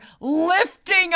lifting